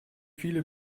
viele